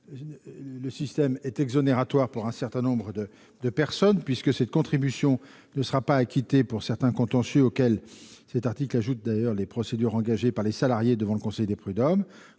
Ce système serait exonératoire pour un certain nombre de personnes, puisque cette contribution ne serait pas acquittée pour plusieurs contentieux auxquels le présent article ajoute les procédures engagées par les salariés devant le conseil de prud'hommes.